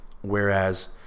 Whereas